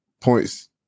points